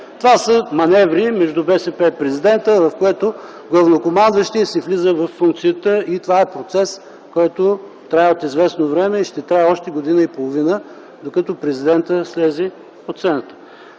Това са маневри между БСП и президента, в които главнокомандващият си влиза във функцията. Това е процес, който трае от известно време и ще трае още година и половина, докато президентът слезе от сцената.